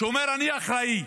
שאומר: אני אחראי,